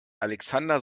alexander